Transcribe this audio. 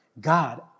God